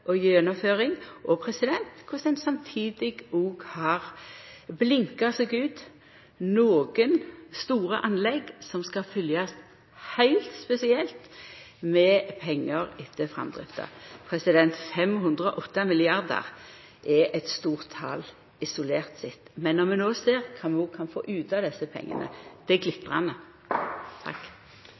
raskare gjennomføring, og korleis ein samtidig har blinka seg ut nokre store anlegg som ein skal følgja heilt spesielt med omsyn til pengar etter framdrifta. 508 mrd. kr er eit stort tal isolert sett, men når vi no ser kva vi kan få ut av desse pengane, er det glitrande.